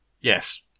Yes